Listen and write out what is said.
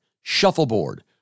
shuffleboard